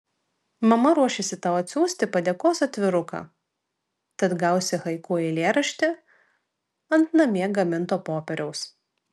mama ruošiasi tau atsiųsti padėkos atviruką tad gausi haiku eilėraštį ant namie gaminto popieriaus